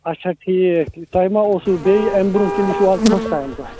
اچھا ٹھیٖک تۄہہِ ما اوسوُ بیٚیہِ اَمہِ برونٛہہ کِنہِ یہِ چھُو آز فٕسٹ ٹایِم تۄہہِ